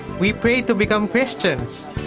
we prayed to become christians.